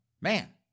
man